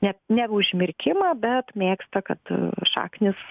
ne ne užmirkimą bet mėgsta kad šaknys